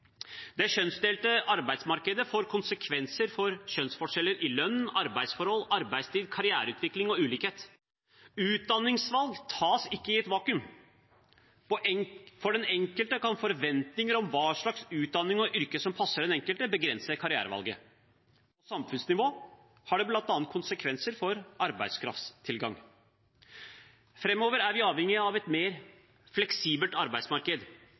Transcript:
Det kjønnsdelte arbeidsmarkedet får konsekvenser for kjønnsforskjeller i lønn, arbeidsforhold, arbeidstid, karriereutvikling og ulikhet. Utdanningsvalg tas ikke i et vakuum. For den enkelte kan forventninger om hva slags utdanning og yrke som passer den enkelte, begrense karrierevalget. På samfunnsnivå har det bl.a. konsekvenser for arbeidskraftstilgang. Framover er vi avhengig av et mer fleksibelt arbeidsmarked.